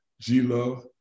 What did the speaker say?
G-Love